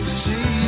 see